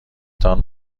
تان